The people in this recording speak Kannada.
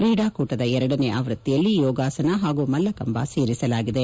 ಕ್ರೀಡಾಕೂಟದ ಎರಡನೇ ಆವೃತ್ತಿಯಲ್ಲಿ ಯೋಗಾಸನ ಹಾಗೂ ಮಲ್ಲಕಂಭ ಸೇರಿಸಲಾಗಿದೆ